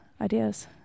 ideas